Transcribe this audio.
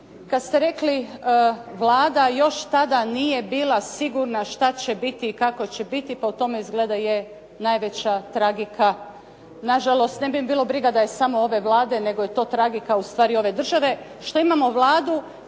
kada ste rekli Vlada još tada nije bila sigurna šta će biti i kako će biti, po tome izgleda je najveća tragika. Nažalost, ne bi me bila briga da je samo ove Vlade nego je to tragika ustvari ove države što imamo Vladu